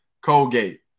colgate